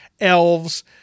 elves